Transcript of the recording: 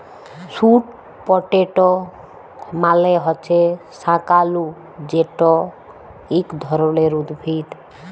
sweet potato মালে হছে শাঁকালু যেট ইক ধরলের উদ্ভিদ